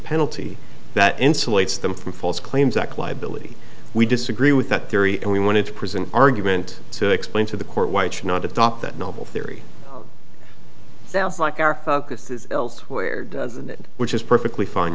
penalty that insulates them from false claims act liability we disagree with that theory and we wanted to present argument to explain to the court why it should not adopt that novel theory sounds like our focus is elsewhere doesn't it which is perfectly fine